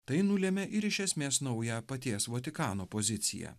tai nulemia ir iš esmės naują paties vatikano poziciją